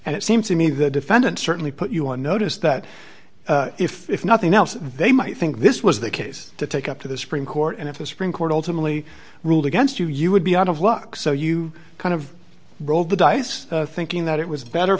and it seems to me the defendant certainly put you on notice that if if nothing else they might think this was the case to take up to the supreme court and if the supreme court ultimately ruled against you you would be out of luck so you kind of rolled the dice thinking that it was better